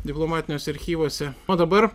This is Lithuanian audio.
diplomatiniuose archyvuose o dabar